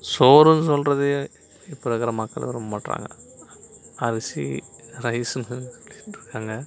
சோறுனு சொல்கிறதையே இப்போ இருக்குகிற மக்கள் விரும்பமாட்ங்றாங்க அரிசி ரைஸ்னு தான் சொல்லிட்டுருக்காங்கள்